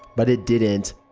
but it didn't.